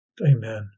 Amen